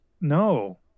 No